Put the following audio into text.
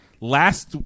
Last